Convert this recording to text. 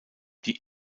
die